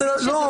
פשוט לא